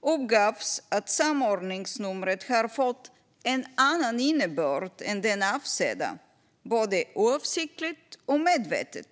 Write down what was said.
uppges att samordningsnumret har fått "en annan innebörd än den avsedda, både oavsiktligt och medvetet".